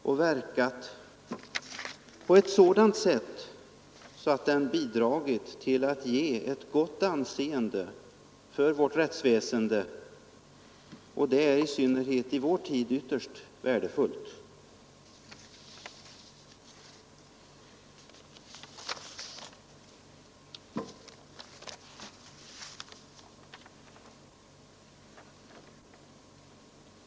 Den har där fungerat på ett sådant sätt att den bidragit till att ge ett gott anseende för vårt rättsväsende, vilket i vår tid är ytterst värdefullt.